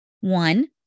One